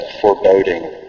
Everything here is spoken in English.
foreboding